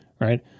right